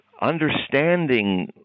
understanding